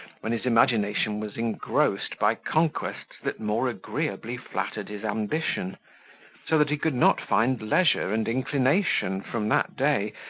when his imagination was engrossed by conquests that more agreeably flattered his ambition so that he could not find leisure and inclination, from that day,